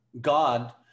God